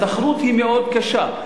התחרות היא מאוד קשה.